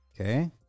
Okay